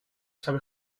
sabe